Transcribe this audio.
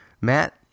Matt